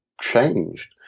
changed